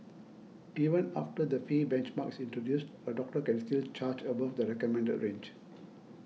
even after the fee benchmark is introduced a doctor can still charge above the recommended range